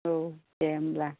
औ दे होनब्ला